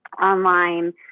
online